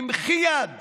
ובמחי יד